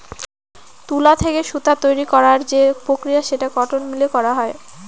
তুলা থেকে সুতা তৈরী করার যে প্রক্রিয়া সেটা কটন মিলে করা হয়